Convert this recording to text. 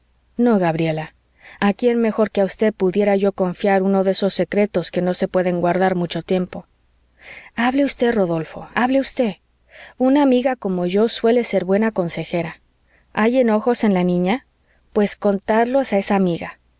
no gabriela a quién mejor que a usted pudiera yo confiar uno de esos secretos que no se pueden guardar mucho tiempo hable usted rodolfo hable usted una amiga como yo suele ser buena consejera hay enojos en la niña pues contarlos a esa amiga